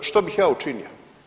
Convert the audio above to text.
Što bih ja učinio?